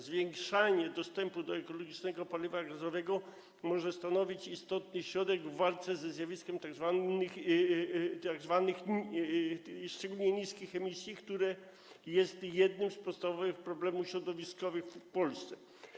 Zwiększanie dostępu do ekologicznego paliwa gazowego może stanowić istotny środek w walce ze zjawiskiem tzw. szczególnie niskich emisji, które jest jednym z podstawowych problemów środowiskowych w Polsce.